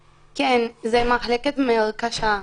כן, זו מחלקה מאוד קשה.